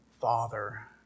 Father